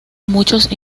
muchos